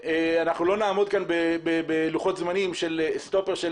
לא נעמוד כאן בלוחות זמנים של סטופר של